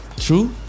True